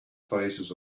faces